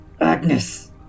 Agnes